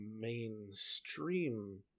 mainstream